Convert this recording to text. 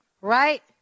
right